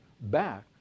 back